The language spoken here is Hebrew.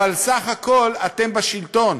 אבל סך הכול אתם בשלטון,